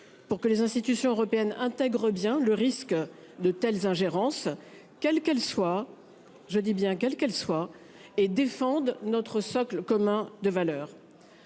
Pour que les institutions européennes intègre bien le risque de telles ingérences quelle qu'elle soit, je dis bien quelle qu'elle soit et défendent notre socle commun de valeurs.